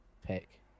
pick